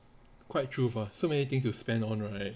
quite true so many things to spend on right